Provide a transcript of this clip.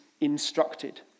instructed